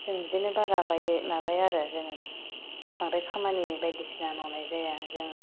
जों बिदिनो बारा बायदि माबाया आरो जोङो बांद्राय खामानि बायदिसिना मावनाय जाया जों